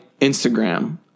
Instagram